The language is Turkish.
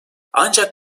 ancak